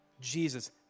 Jesus